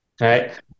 right